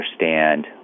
understand